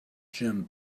jim